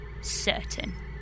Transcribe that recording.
Certain